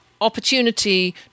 opportunity